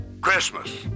Christmas